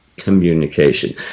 communication